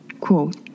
Quote